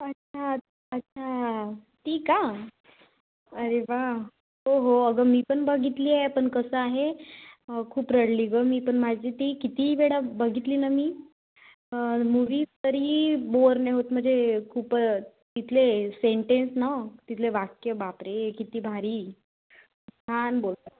अच्छा अच्छा ती का अरे वा हो हो अगं मी पण बघितली आहे पण कसं आहे खूप रडली गं मी पण माझी ती कितीही वेडा बघितली ना मी मूवी तरीही बोर नाही होत म्हणजे खूपच इतले सेंटेंस ना तिथले वाक्य बापरे किती भारी छान बोलतात